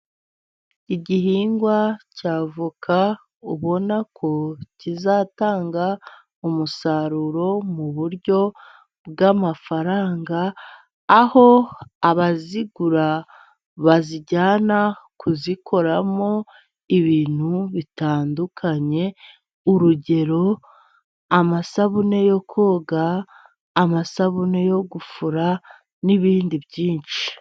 Igihingwa cy'avoka ubona ko kizatanga umusaruro mu buryo bw'amafaranga, aho abazigura bazijyana kuzikoramo ibintu bitandukanye, urugero amasabune yo koga, amasabune yo gufura, n'ibindi byinshi.